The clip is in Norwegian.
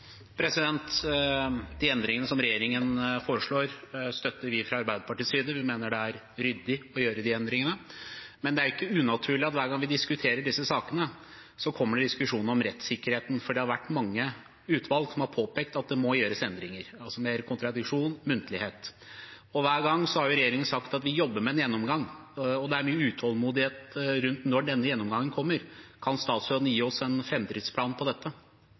ryddig å gjøre de endringene. Men det er ikke unaturlig at hver gang vi diskuterer disse sakene, kommer det en diskusjon om rettssikkerheten, for det har vært mange utvalg som har påpekt at det må gjøres endringer, altså mer kontradiksjon og muntlighet. Hver gang har regjeringen sagt at den jobber med en gjennomgang. Det er en utålmodighet rundt når denne gjennomgangen kommer. Kan statsråden gi oss en framdriftsplan på dette?